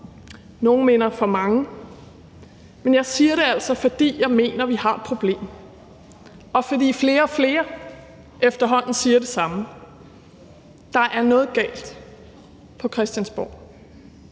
nogle mener på for mange. Men jeg siger det altså, fordi jeg mener, at vi har et problem, og fordi flere og flere efterhånden siger det samme. Der er noget galt på Christiansborg.